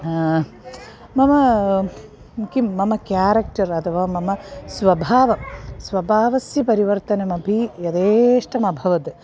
मम किं मम केरेक्टर् अथवा मम स्वभावः स्वभावस्य परिवर्तनमपि यथेष्टमभवत्